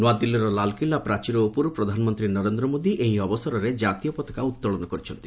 ନୂଆଦିଲ୍ଲୀର ଲାଲ୍କିଲ୍ଲା ପ୍ରାଚୀର ଉପରୁ ପ୍ରଧାନମନ୍ତ୍ରୀ ନରେନ୍ଦ୍ର ମୋଦି ଏହି ଅବସରରେ ଜାତୀୟ ପତାକା ଉତ୍ତୋଳନ କରିଛନ୍ତି